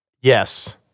Yes